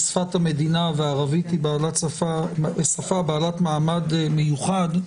שפת המדינה והערבית היא שפה בעלת מעמד מיוחד,